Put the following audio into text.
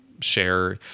share